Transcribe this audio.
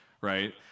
right